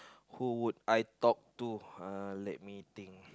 who would I talk to uh let me think